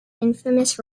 infamous